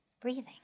breathing